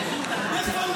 מלביצקי מפלפל.